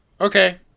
Okay